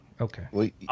Okay